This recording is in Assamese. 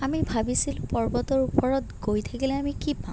আমি ভাবিছিলোঁ পৰ্বতৰ ওপৰত গৈ থাকিলে আমি কি পাম